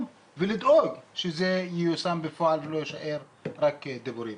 ולדאוג שזה ייושם בפועל ולא יישאר רק דיבורים.